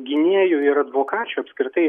gynėjų ir advokačių apskritai